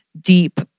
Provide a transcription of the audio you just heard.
deep